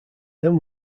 then